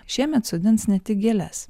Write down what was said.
šiemet sodins ne tik gėles